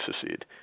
secede